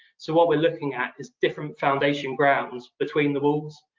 so what we're looking at is different foundation grounds between the walls.